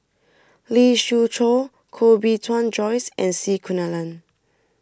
Lee Siew Choh Koh Bee Tuan Joyce and C Kunalan